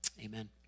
amen